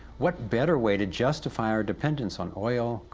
what better way to justify our dependence on oil,